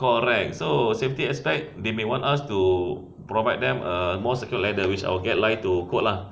correct so safety aspect they may want us to provide them a a more secure ladder which I will get lye to quote lah